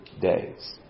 days